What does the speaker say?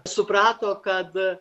suprato kad